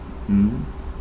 mm